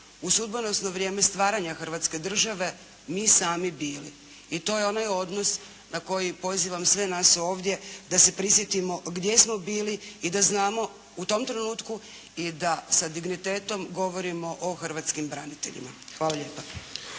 u sudbonosno vrijeme stvaranja Hrvatske države mi sami bili. I to je onaj odnos na koji pozivam sve nas ovdje da se prisjetimo gdje smo bili i da znamo u tom trenutku i da sa dignitetom govorimo o hrvatskim braniteljima. **Jarnjak,